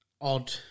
odd